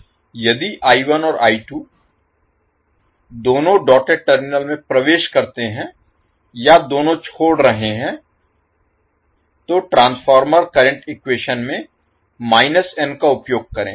• यदि I1 और I2 दोनों डॉटेड टर्मिनलों में प्रवेश करते हैं या दोनों छोड़ रहे हैं तो ट्रांसफार्मर करंट इक्वेशन में n का उपयोग करें